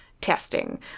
Testing